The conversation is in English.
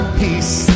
peace